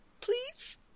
Please